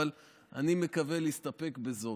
אבל אני מקווה להסתפק בזאת.